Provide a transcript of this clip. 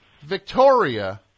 Victoria